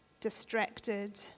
distracted